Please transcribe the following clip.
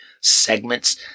segments